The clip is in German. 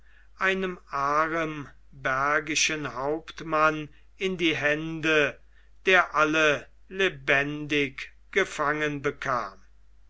einem arembergischen hauptmann in die hände der alle lebendig gefangen bekam